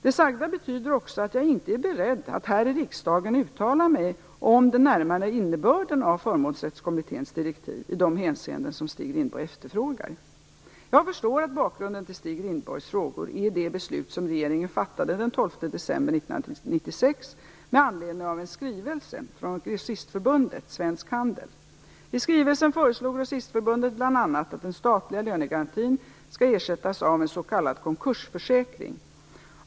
Det sagda betyder också att jag inte är beredd att här i riksdagen uttala mig om den närmare innebörden av Förmånsrättskommitténs direktiv i de hänseenden som Stig Rindborg efterfrågar. Jag förstår att bakgrunden till Stig Rindborgs frågor är det beslut som regeringen fattade den Grossistförbundet Svensk Handel. I skrivelsen föreslog Grossistförbundet bl.a. att den statliga lönegarantin skall ersättas av en s.k. konkursförsäkring.